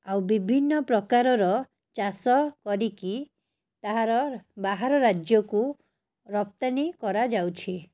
ଆଉ ବିଭିନ୍ନ ପ୍ରକାରର ଚାଷ କରିକି ତାହାର ବାହାର ରାଜ୍ୟକୁ ରପ୍ତାନୀ କରାଯାଉଛି